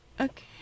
Okay